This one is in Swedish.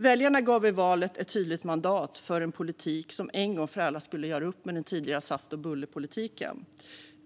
Väljarna gav i valet ett tydligt mandat för en politik som en gång för alla skulle göra upp med den tidigare saft-och-bulle-politiken.